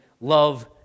love